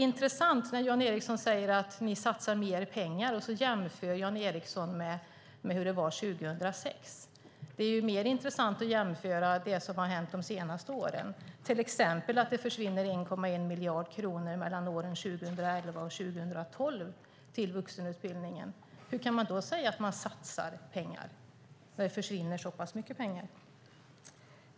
Jan Ericson säger att man satsar mer pengar och jämför med 2006. Det är mer intressant att jämföra de senaste åren. Till exempel försvinner det 1,1 miljard kronor i vuxenutbildningen mellan åren 2011 och 2012. Hur kan man säga att man satsar mer pengar när det försvinner så mycket?